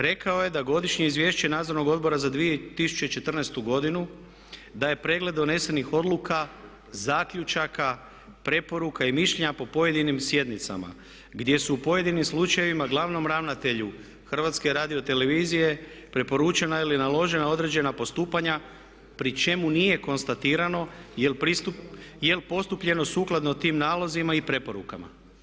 Rekao je da godišnje izvješće Nadzornog odbora za 2014.godinu da je pregled donesenih odluka, zaključaka, preporuka i mišljenja po pojedinim sjednicama gdje su u pojedinim slučajevima glavnom ravnatelju HRT-a preporučena ili naložena određena postupanja pri čemu nije konstatirano jel po stupljeno sukladno tim nalozima i preporukama.